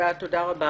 תודה רבה.